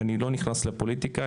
אני לא נכנס לפוליטיקה,